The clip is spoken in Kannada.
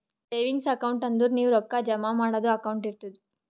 ಸೇವಿಂಗ್ಸ್ ಅಕೌಂಟ್ ಅಂದುರ್ ನೀವು ರೊಕ್ಕಾ ಜಮಾ ಮಾಡದು ಅಕೌಂಟ್ ಇರ್ತುದ್